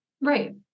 Right